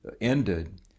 ended